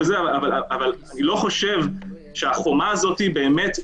אבל יש אפשרות לשמור את המידע אם